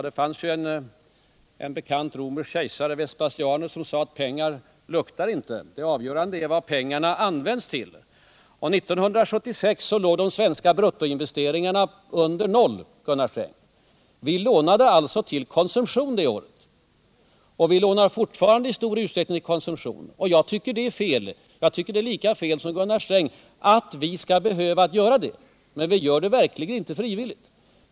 Det var ju en bekant romersk kejsare, Vespasianus, som sade att pengar luktar inte —- det avgörande är vad pengarna används till. År 1976 låg de svenska bruttoinvesteringarna under noll, Gunnar Sträng. Vi lånade alltså till konsumtion det året, och vi lånar fortfarande i stor utsträckning till konsumtion. Jag tycker att det är lika fel som Gunnar Sträng tycker, att vi skall behöva göra det. Men vi gör det verkligen inte frivilligt.